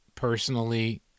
personally